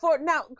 now